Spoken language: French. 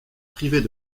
privées